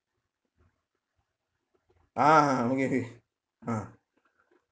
ah okay okay ah